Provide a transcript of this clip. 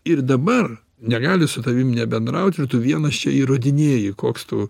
ir dabar negali su tavim nebendraut ir tu vienas čia įrodinėji koks tu